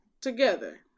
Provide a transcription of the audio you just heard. Together